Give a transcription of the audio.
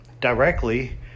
directly